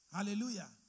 Hallelujah